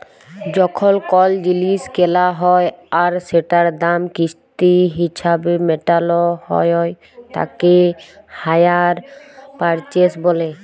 যখল কল জিলিস কেলা হ্যয় আর সেটার দাম কিস্তি হিছাবে মেটাল হ্য়য় তাকে হাইয়ার পারচেস ব্যলে